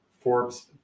Forbes